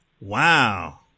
Wow